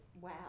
wow